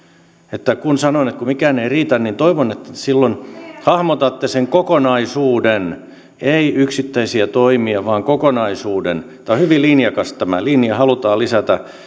että kun sanotte että mikään ei riitä niin toivon että silloin hahmotatte sen kokonaisuuden ei yksittäisiä toimia vaan kokonaisuuden tämä linja on hyvin linjakas halutaan lisätä